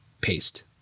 paste